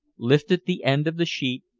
lifted the end of the sheet,